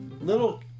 Little